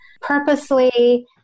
purposely